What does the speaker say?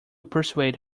persuade